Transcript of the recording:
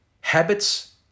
habits